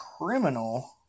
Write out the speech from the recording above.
criminal